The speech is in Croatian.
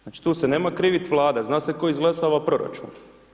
Znači tu se nema krivit Vlada, zna se tko izglasava proračun.